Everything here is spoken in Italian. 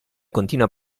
continua